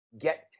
get